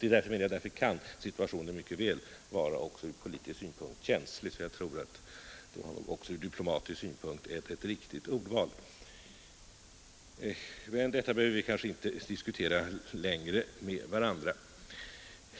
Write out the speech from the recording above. Därför kan, menar jag, situationen mycket väl vara mycket känslig ur politisk synpunkt. Jag tror att det ur diplomatisk synpunkt var ett riktigt ordval. — Men detta behöver vi kanske inte diskutera längre med varandra.